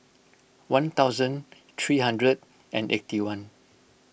one thousand three hundred and eighty one